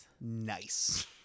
Nice